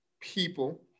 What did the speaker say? people